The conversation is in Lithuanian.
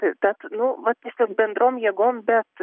tad nu va tiesiog bendrom jėgom bet